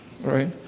right